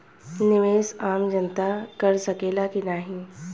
निवेस आम जनता कर सकेला की नाहीं?